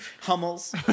Hummels